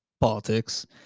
politics